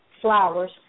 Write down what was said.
flowers